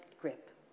grip